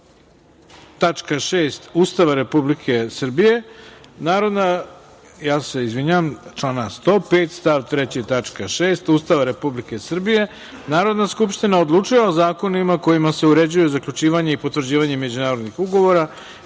Ustava Republike Srbije, Narodna skupština odlučuje o zakonima kojima se uređuje zaključivanje i potvrđivanje međunarodnih ugovora